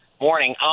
Morning